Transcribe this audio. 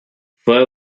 fue